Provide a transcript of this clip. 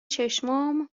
چشمام